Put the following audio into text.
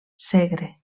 segre